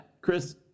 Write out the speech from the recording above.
Chris